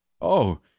Oh